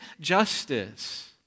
justice